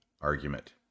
argument